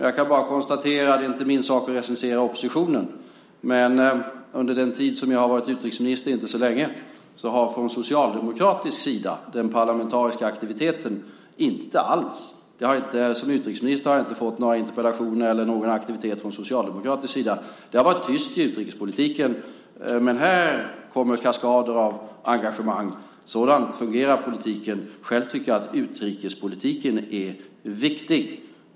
Jag kan bara konstatera att det inte är min sak att recensera oppositionen, men under den tid som jag har varit utrikesminister - inte så länge - har jag inte fått några interpellationer eller sett någon aktivitet från socialdemokratisk sida. Det har varit tyst i utrikespolitiken. Men här kommer kaskader av engagemang! På sådant sätt fungerar politiken. Själv tycker jag att utrikespolitiken är viktig.